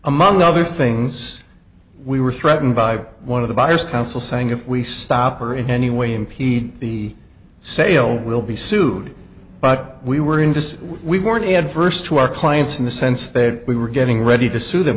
among other things we were threatened by one of the buyers council saying if we stop or in any way impede the sale will be sued but we were in this we weren't adverse to our clients in the sense that we were getting ready to sue them